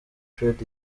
fred